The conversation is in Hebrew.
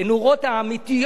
יש שאלה מרכזית: